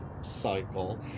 cycle